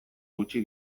gutxi